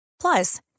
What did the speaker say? Plus